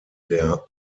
der